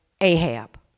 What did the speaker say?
Ahab